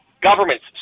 governments